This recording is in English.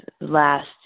last